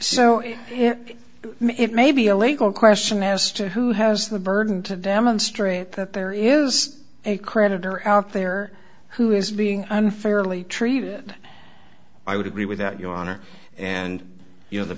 so it may be a legal question as to who has the burden to demonstrate that there is a creditor out there who is being unfairly treated i would agree with that your honor and you know the